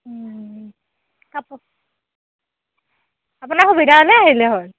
আপোনাৰ সুবিধা হ'লেই আহিলে হ'ল